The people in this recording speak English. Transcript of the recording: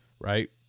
right